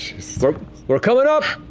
so we're coming up!